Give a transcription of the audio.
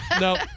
no